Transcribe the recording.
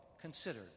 considered